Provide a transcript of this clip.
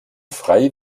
frei